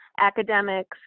academics